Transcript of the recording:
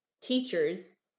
teachers